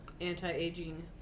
anti-aging